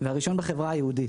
והראשון בחברה היהודית.